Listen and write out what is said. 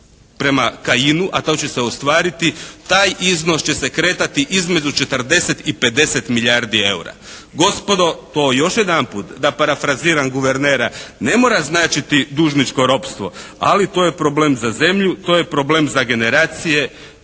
prema Kajinu, a to će se ostvariti, taj iznos će se kretati između 40 i 50 milijardi eura. Gospodo, to još jedanput da parafraziram guvernera ne mora značiti dužničko ropstvo. Ali to je problem za zemlju, to je problem za generacije